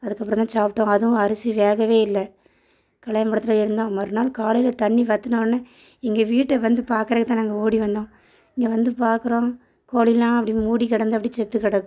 அதுக்கப்புறந்தான் சாப்பிட்டோம் அதுவும் அரிசி வேகவே இல்லை கல்யாண மண்டபத்துலேயே இருந்தோம் மறுநாள் காலையில தண்ணி வற்றினோன்னே எங்கள் வீட்டை வந்து பார்க்குறதுக்குதான் நாங்கள் ஓடி வந்தோம் இங்கே வந்து பார்க்குறோம் கோழிலாம் அப்படியே மூடி கிடந்து அப்படியே செத்து கிடக்கு